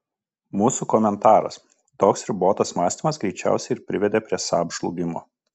mūsų komentaras toks ribotas mąstymas greičiausiai ir privedė prie saab žlugimo